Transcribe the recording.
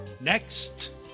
Next